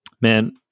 man